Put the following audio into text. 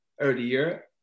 earlier